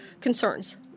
concerns